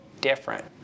different